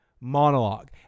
monologue